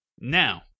Now